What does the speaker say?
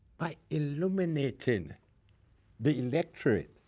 but illuminating the electorate